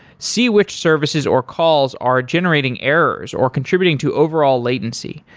see which services or calls are generating errors or contributing to overall latency,